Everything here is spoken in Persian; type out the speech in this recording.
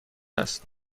است